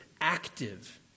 active